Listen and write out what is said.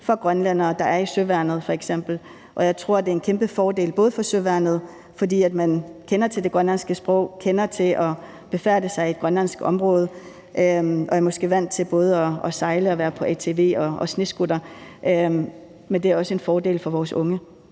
for grønlændere, der er i søværnet f.eks. Jeg tror, det er en kæmpe fordel både for søværnet – fordi de unge kender til det grønlandske sprog, kender til at færdes i grønlandsk område og måske er vant til både at sejle og køre på ATV og snescooter – og også for vores unge.